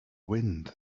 wind